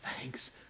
Thanks